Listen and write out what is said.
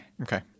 Okay